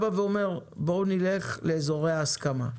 הולכים לאזורי ההסכמה,